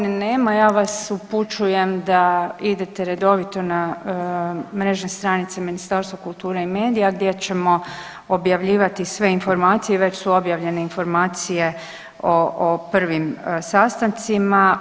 Vela tajne nema, ja vas upućujem da idete redovito na mrežne stranice Ministarstva kulture i medija gdje ćemo objavljivati sve informacije, već su objavljene informacije o, o prvim sastancima.